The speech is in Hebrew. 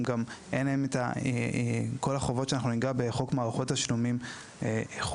אין להן את כל החובות שאנחנו ניגע בחוק מערכות תשלומים (איסור),